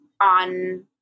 on